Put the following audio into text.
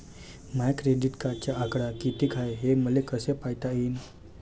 माया क्रेडिटचा आकडा कितीक हाय हे मले कस पायता येईन?